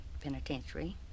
penitentiary